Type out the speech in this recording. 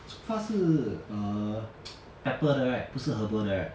song fa 是 err pepper 的 right 不是 herbal 的 right